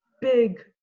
big